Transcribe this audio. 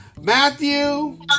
Matthew